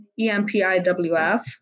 EMPIWF